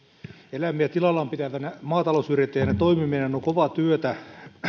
eläimiä tilallaan pitävänä maatalousyrittäjänä toimiminen on kovaa työtä